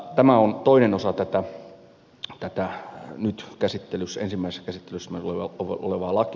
tämä on toinen osa tätä nyt ensimmäisessä käsittelyssä olevaa lakia